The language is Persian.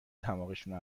دماغشونو